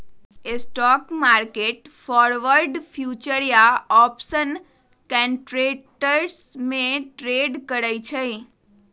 stock market forward, futures या option contracts में trade करई छई